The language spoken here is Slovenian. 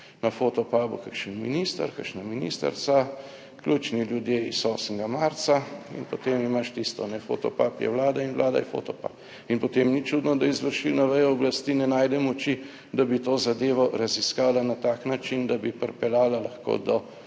na fotopubu, kakšen minister, kakšna ministrica, ključni ljudje iz 8. marca in potem imaš tisto, fotopub je vlada in vlada je fotopup. In potem ni čudno, da izvršilna veja oblasti ne najde moči, da bi to zadevo raziskala na tak način, da bi pripeljala lahko do